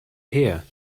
here